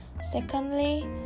Secondly